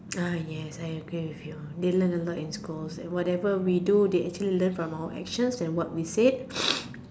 uh yes I agree with you they learn a lot in school and whatever we do they actually learn from our actions and what we said